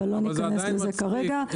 אבל לא ניכנס לזה כרגע.